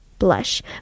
blush